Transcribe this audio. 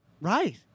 right